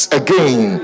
again